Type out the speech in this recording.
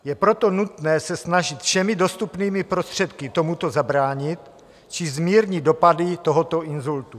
Je proto nutné se snažit všemi dostupnými prostředky tomuto zabránit či zmírnit dopady tohoto inzultu.